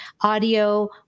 audio